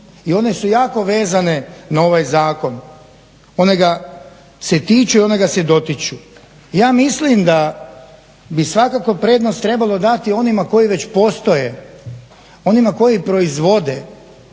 i one su jako vezane na ovaj zakon. one ga se tiču i one ga se dotiču. Ja mislim da bi svakako prednost trebalo dati onima koji već postoje, onima koji proizvode,